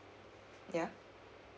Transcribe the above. ya